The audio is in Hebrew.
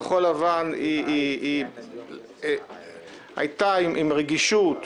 כחול לבן הייתה עם רגישות